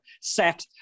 set